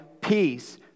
peace